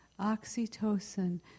oxytocin